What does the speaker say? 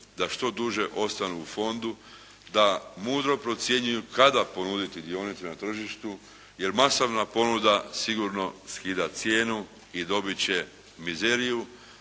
da što duže ostanu u fondu, da mudro procijenjuju kada ponuditi dionice na tržištu jer masovna ponuda sigurno skida cijenu i dobit će mizeriju